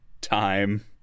time